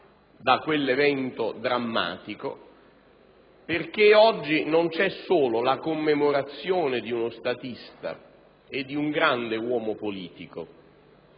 da quell'evento drammatico, perché oggi non c'è solo la commemorazione di uno statista, di un grande uomo politico,